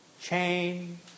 chain